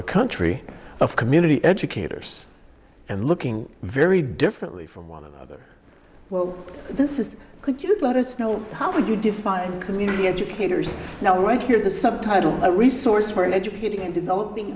the country of community educators and looking very differently from one other well this is could you let us know how would you define community educators now right here in the subtitle a resource for educating and developing